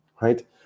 right